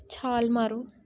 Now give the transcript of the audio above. ਛਾਲ ਮਾਰੋ